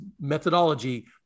methodology